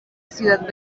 ciudad